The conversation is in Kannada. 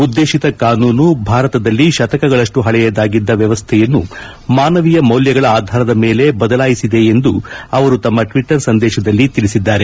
ಉದ್ಗೇಶಿತ ಕಾನೂನು ಭಾರತದಲ್ಲಿ ಶತಕಗಳಷ್ಟು ಹಳೆಯದಾಗಿದ್ದ ವ್ಯವಸ್ಥೆಯನ್ನು ಮಾನವೀಯ ಮೌಲ್ಯಗಳ ಆಧಾರದ ಮೇಲೆ ಬದಲಾಯಿಸಿದೆ ಎಂದು ಅವರು ತಮ್ಮ ಟ್ವಿಟ್ಟರ್ ಸಂದೇಶದಲ್ಲಿ ಹೇಳಿದ್ದಾರೆ